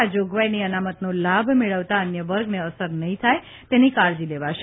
આ જોગવાઇની અનામતનો લાભ મેળવતા અન્ય વર્ગને અસર નહીં થાય તેની કાળજી લેવાશે